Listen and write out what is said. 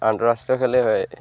আন্তঃৰাষ্ট্ৰীয় খেলেই হয়